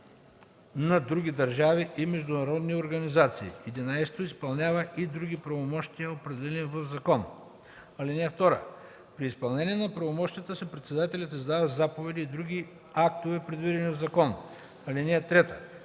на други държави и с международни организации; 11. изпълнява и други правомощия, определени в закон. (2) При изпълнение на правомощията си председателят издава заповеди и други актове, предвидени в закон. (3)